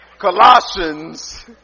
Colossians